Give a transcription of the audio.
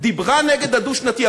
דיברה נגד הדו-שנתי.